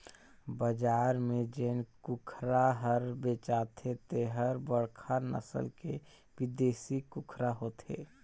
बजार में जेन कुकरा हर बेचाथे तेहर बड़खा नसल के बिदेसी कुकरा होथे